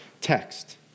text